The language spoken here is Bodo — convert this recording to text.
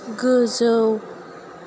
गोजौ